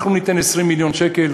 אנחנו ניתן 20 מיליון שקל.